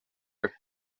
and